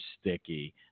sticky